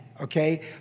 Okay